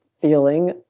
feeling